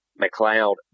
McLeod